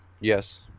yes